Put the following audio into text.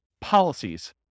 policies